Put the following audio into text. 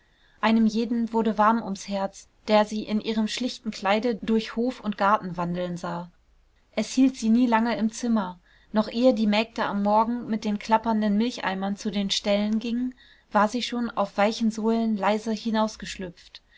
einem jeden wurde warm ums herz der sie in ihrem schlichten kleide durch hof und garten wandeln sah es hielt sie nie lange im zimmer noch ehe die mägde am morgen mit den klappernden milcheimern zu den ställen gingen war sie schon auf weichen sohlen leise